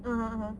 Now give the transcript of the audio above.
(uh huh) !huh!